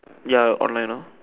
ya online lah